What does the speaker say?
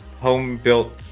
home-built